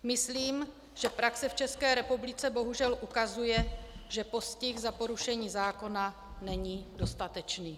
Myslím, že praxe v České republice bohužel ukazuje, že postih za porušení zákona není dostatečný.